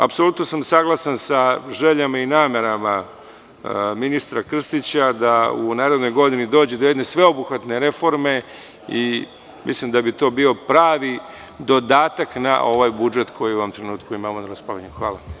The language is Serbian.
Apsolutno sam saglasan sa željama i namerama ministra Krstića da u narednoj godini dođi do jedne sveobuhvatne reforme i mislim da bi to bio pravi dodatak na ovaj budžet koji u ovom trenutku imamo na raspolaganju.